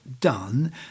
done